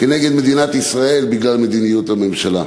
כנגד מדינת ישראל בגלל מדיניות הממשלה.